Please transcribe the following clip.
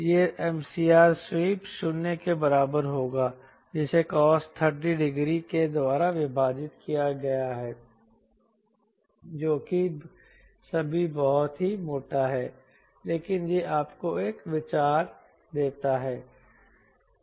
यह MCR sweep 0 के बराबर होगा जिसे cos डिग्री के द्वारा विभाजित किया गया है जो कि सभी बहुत ही मोटा है लेकिन यह आपको एक विचार देता है